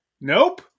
nope